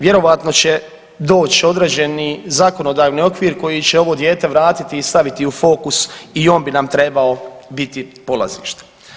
Vjerojatno će doći određeni zakonodavni okvir koji će ovo dijete vratiti i staviti u fokus i on bi nam trebao biti polazište.